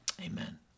amen